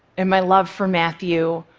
and my love for matthew,